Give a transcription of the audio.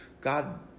God